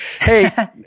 Hey